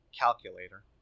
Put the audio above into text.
Calculator